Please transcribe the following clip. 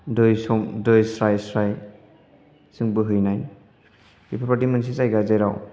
दै स्राय स्राय बोहैनाय बिफोरबायदि मोनसे जायगा जेराव